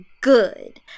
Good